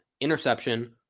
interception